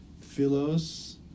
Philos